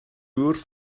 wrth